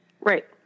Right